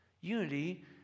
Unity